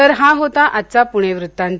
तर हा होता आजचा पुणे वृत्तांत